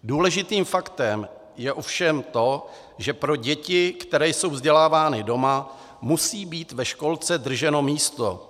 Důležitým faktem je ovšem to, že pro děti, které jsou vzdělávány doma, musí být ve školce drženo místo.